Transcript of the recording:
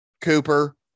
Cooper